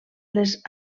les